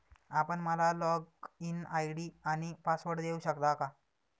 आपण मला login ID आणि पासवर्ड देऊ शकता का?